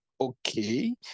Okay